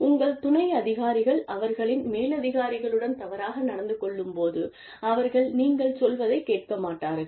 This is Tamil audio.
உங்கள் துணை அதிகாரிகள் அவர்களின் மேலதிகாரிகளுடன் தவறாக நடந்து கொள்ளும்போது அவர்கள் நீங்கள் சொல்வதைக் கேட்க மாட்டார்கள்